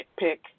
nitpick